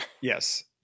Yes